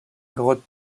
grotte